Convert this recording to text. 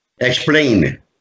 Explain